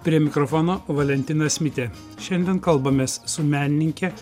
prie mikrofono valentinas mitė šiandien kalbamės su menininke